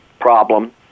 problem